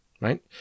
right